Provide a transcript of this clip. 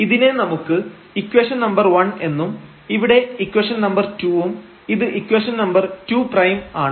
ഇതിനെ നമുക്ക് equation number 1 എന്നും ഇവിടെ ഇക്വേഷൻ നമ്പർ 2 ഉം ഇത് ഇക്വേഷൻ നമ്പർ 2 പ്രൈം ആണ്